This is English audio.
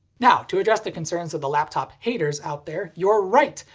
now, to address the concerns of the laptop haters out there, you're right!